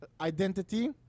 identity